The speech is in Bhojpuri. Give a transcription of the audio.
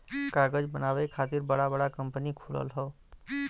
कागज बनावे खातिर बड़ा बड़ा कंपनी खुलल हौ